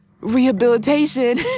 rehabilitation